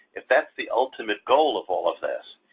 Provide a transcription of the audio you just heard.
if that's the ultimate goal of all of this,